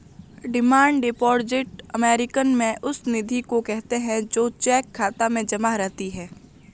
demand deposit American में उस निधि को कहते हैं जो चेक खाता में जमा रहती है